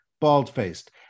bald-faced